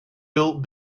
built